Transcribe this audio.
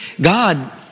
God